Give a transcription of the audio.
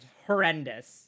horrendous